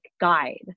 guide